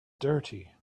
dirty